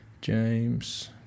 James